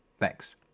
Thanks